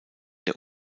der